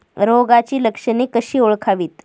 रोगाची लक्षणे कशी ओळखावीत?